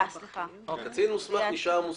קצין מוסמך נשאר מוסמך.